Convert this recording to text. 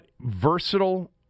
versatile